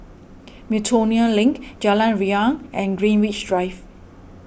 Miltonia Link Jalan Riang and Greenwich Drive